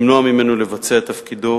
למנוע ממנו לבצע את תפקידו